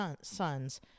sons